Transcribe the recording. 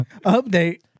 update